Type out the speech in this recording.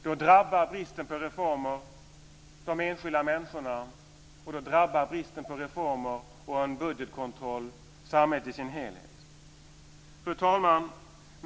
Då drabbar bristen på reformer de enskilda människorna. Då drabbar bristen på reformer och på en budgetkontroll samhället i sin helhet. Fru talman!